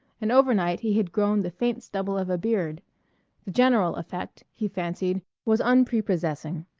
and overnight he had grown the faint stubble of a beard the general effect, he fancied, was unprepossessing,